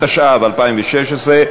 התשע"ו 2016,